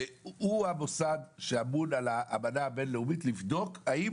הוא המוסד שאמון על האמנה הבינלאומית לבדוק האם